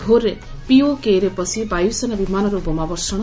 ଭୋର୍ରେ ପିଓକେରେ ପଶି ବାୟୁସେନା ବିମାନରୁ ବୋମା ବର୍ଷଣ